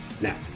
now